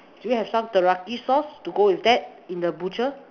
do you have some teriyaki sauce to go with that in the butcher